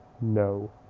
no